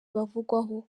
bavugwaho